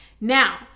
Now